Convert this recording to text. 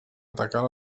atacar